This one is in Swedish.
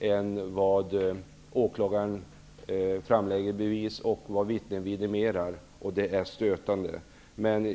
än till framlagda bevis av åklagaren och vad vittnen har vidimerat. Det är stötande.